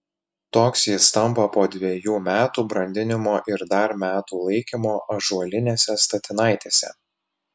toks jis tampa po dvejų metų brandinimo ir dar metų laikymo ąžuolinėse statinaitėse